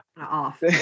off